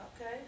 Okay